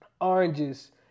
oranges